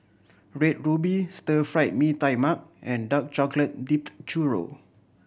Red Ruby Stir Fried Mee Tai Mak and dark chocolate dipped churro